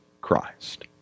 Christ